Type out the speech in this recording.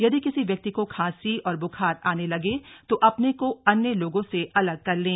यदि किसी व्यक्ति को खांसी और बुखार आने लगे तो अपने को अन्य लोगों से अलग कर लें